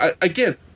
Again